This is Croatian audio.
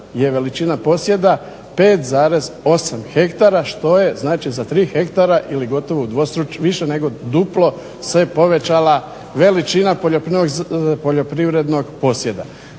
je veličina posjeda 5,8 hektara što je znači za 3 hektara ili više nego duplo se povećala veličina poljoprivrednog posjeda.